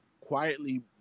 quietly